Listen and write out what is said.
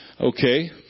Okay